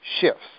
shifts